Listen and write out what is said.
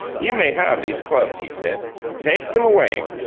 you may have these clubs, he said. take them away.